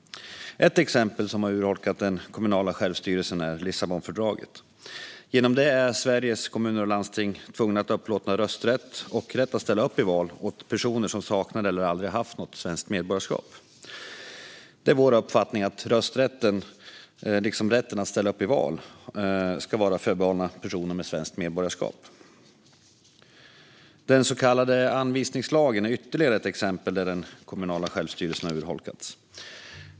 Ett exempel på att den kommunala självstyrelsen har urholkats är Lissabonfördraget. Genom det är Sveriges kommuner och landsting tvungna att upplåta rösträtt och rätt att ställa upp i val åt personer som saknar och aldrig haft något svenskt medborgarskap. Det är vår uppfattning att rösträtten, liksom rätten att ställa upp i val, ska vara förbehållen personer med svenskt medborgarskap. Den så kallade anvisningslagen är ytterligare ett exempel på att den kommunala självstyrelsen har urholkats.